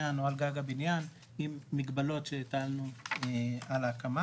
או על גג הבנין עם מגבלות שהטלנו על ההקמה.